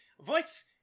voice